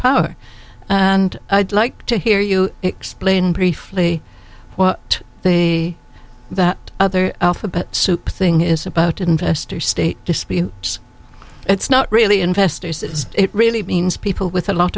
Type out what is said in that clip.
power and i'd like to hear you explain briefly what they that other alphabet soup thing is about investor state dispute it's not really investors is it really means people with a lot